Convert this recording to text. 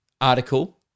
article